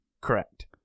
Correct